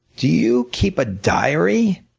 do you keep a diary?